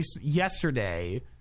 Yesterday